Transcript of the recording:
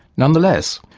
nonetheless,